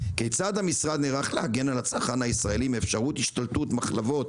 כיצד המשרד נערך להגן על הצרכן הישראלי מאפשרות השתלטות מחלבות